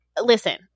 listen